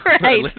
right